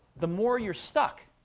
the more you're stuck.